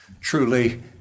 Truly